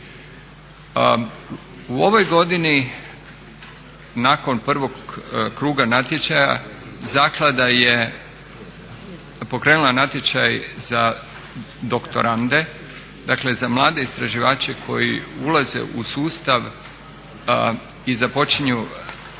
U ovoj godini nakon prvog kruga natječaja zaklada je pokrenula natječaj za doktorande, dakle za mlade istraživače koji ulaze u sustav i započinju